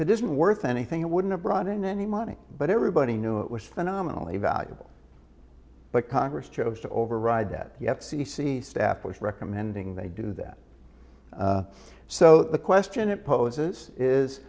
that isn't worth anything it wouldn't have brought in any money but everybody knew it was phenomenally valuable but congress chose to override that yet c c staff was recommending they do that so the question it poses is